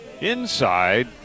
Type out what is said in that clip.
inside